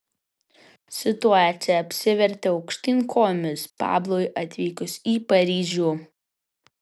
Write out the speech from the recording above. situacija apsivertė aukštyn kojomis pablui atvykus į paryžių